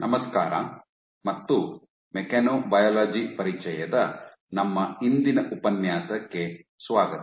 ನಮಸ್ಕಾರ ಮತ್ತು ಮೆಕ್ಯಾನೊಬಯಾಲಜಿ ಪರಿಚಯದ ನಮ್ಮ ಇಂದಿನ ಉಪನ್ಯಾಸಕ್ಕೆ ಸ್ವಾಗತ